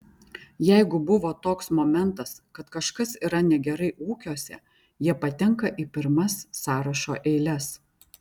jeigu buvo toks momentas kad kažkas yra negerai ūkiuose jie patenka į pirmas sąrašo eiles